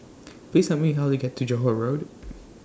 Please Tell Me How to get to Johore Road